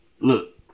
Look